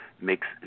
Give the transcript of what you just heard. makes